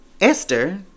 Esther